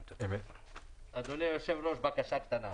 אדוני היושב-ראש, בקשה קטנה.